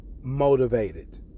motivated